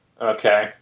Okay